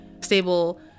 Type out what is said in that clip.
stable